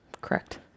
Correct